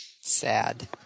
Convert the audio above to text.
Sad